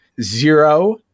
Zero